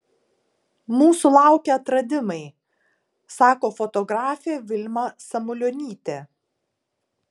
mūsų laukia atradimai sako fotografė vilma samulionytė